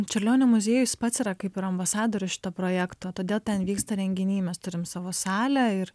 čiurlionio muziejus pats yra kaip ir ambasadorius šito projekto todėl ten vyksta renginiai mes turim savo salę ir